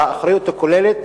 אבל האחריות הכוללת